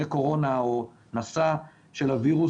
חולה קורונה או נשא של הווירוס,